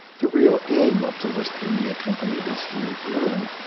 the real aim of the west india company, as he had learned,